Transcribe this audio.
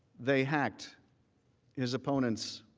they hacked his opponents.